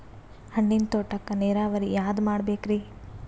ಹಣ್ಣಿನ್ ತೋಟಕ್ಕ ನೀರಾವರಿ ಯಾದ ಮಾಡಬೇಕ್ರಿ?